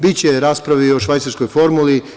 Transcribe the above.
Biće rasprave i o švajcarskoj formuli.